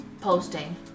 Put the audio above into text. posting